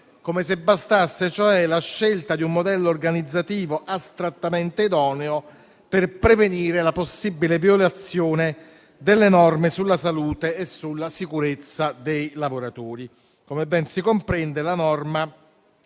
come se bastasse cioè la scelta di un modello organizzativo astrattamente idoneo per prevenire la possibile violazione delle norme sulla salute e sulla sicurezza dei lavoratori. Come ben si comprende, la norma